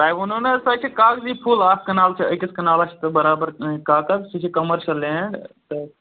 تۄہہِ ووٚنوُ نَہ حظ سۄ چھِ کاغذی فُل اَکھ کَنال چھِ أکِس کَنالس چھِ تَتھ بَرابر کاغذ سُہ چھِ کَمرشل لینڈ تہٕ